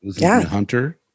Hunter